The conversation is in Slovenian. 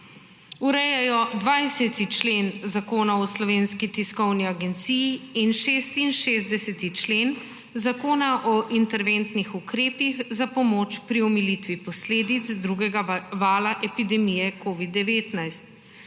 urejajo 20. člen Zakona o Slovenski tiskovni agenciji in 66. člen Zakona o interventnih ukrepih za pomoč pri omilitvi posledic drugega vala epidemije Covid-19